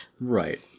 Right